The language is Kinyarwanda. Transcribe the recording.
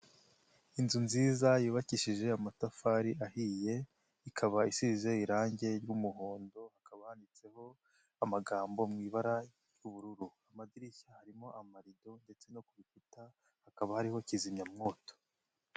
Inzu nziza yubakishije amatafari ahiye, ikaba isize irangi ry'umuhondo akabaditseho amagambo mu ibara ry'ubururu, amadirishya arimo amarido ndetse no ku rukuta hakaba hariho kizimyamwoto.